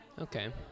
Okay